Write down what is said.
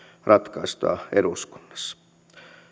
ratkaistaan eduskunnassa